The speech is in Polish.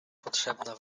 potrzebna